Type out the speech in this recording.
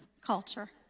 culture